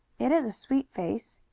it is a sweet face,